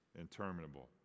interminable